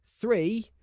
Three